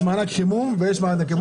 יש מענק חימום ויש מענק ---.